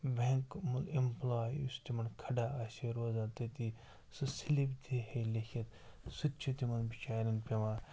bank employee یُس تِمَن کھَڑا آسہِ ہے روزان تٔتی سۄ سِلپ دیٖہے لیٚکھِتھ سُہ تہِ چھُ تِمَن بِچارٮ۪ن پٮ۪وان